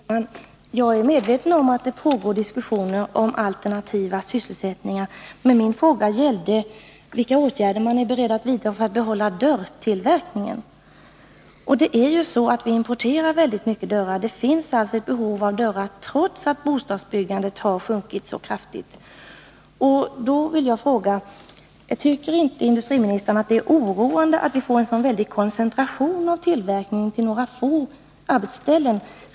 Herr talman! Jag är medveten om att det pågår diskussioner om alternativa sysselsättningar. Men min fråga gällde vilka åtgärder man är beredd att vidta för att behålla dörrtillverkningen. Det är ju så att vi importerar väldigt mycket dörrar. Det finns alltså ett behov av dörrar, trots att bostadsbyggandet har sjunkit så kraftigt. Då vill jag fråga: Tycker inte industriministern att det är oroande att vi får en sådan väldig koncentration av tillverkningen till några få arbetsställen?